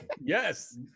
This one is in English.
Yes